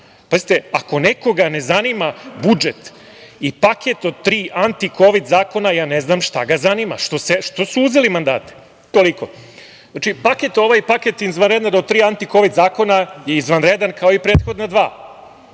radimo. Ako nekoga ne zanima budžet i paket od tri antikovid zakona, ja ne znam šta ga zanima. Što su uzeli mandate? Toliko. Paket ovaj, paket izvanredan, to tri aktikovid zakona je izvanredan, kao i prethodna dva.